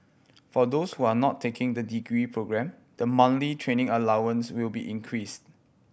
for those who are not taking the degree programme the monthly training allowances will be increased